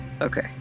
Okay